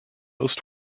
most